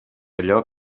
allò